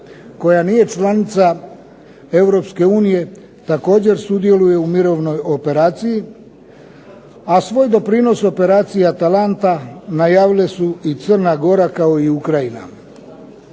koja nije članica Europske unije također sudjeluje u mirovnoj operaciji, a svoj doprinos operaciji "ATALANTA" najavile su i Crna Gora kao i Ukrajina.